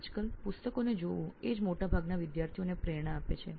આજકાલ પુસ્તકને જોવું એ જ મોટા ભાગના વિદ્યાર્થીઓને પ્રેરણા આપે છે